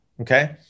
Okay